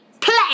play